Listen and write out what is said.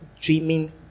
dreaming